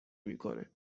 میکنه